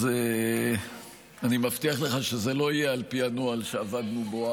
אז אני מבטיח לך שזה לא יהיה על פי הנוהל שעבדנו בו